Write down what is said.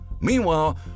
Meanwhile